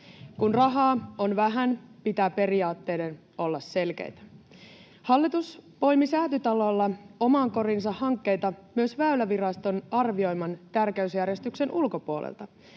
Kun rahaa on vähän, pitää periaatteiden olla selkeitä. Hallitus poimi Säätytalolla omaan koriinsa hankkeita myös Väyläviraston arvioiman tärkeysjärjestyksen ulkopuolelta.